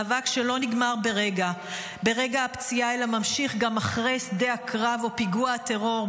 מאבק שלא נגמר ברגע הפציעה אלא ממשיך גם אחרי שדה הקרב או פיגוע הטרור,